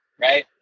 right